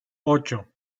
ocho